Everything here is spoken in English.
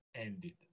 ended